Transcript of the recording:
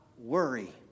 worry